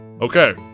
Okay